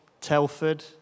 Telford